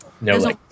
no